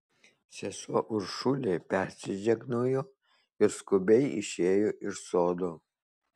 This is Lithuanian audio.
sesuo uršulė persižegnojo ir skubiai išėjo iš sodo